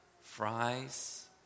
fries